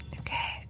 okay